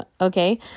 Okay